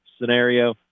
scenario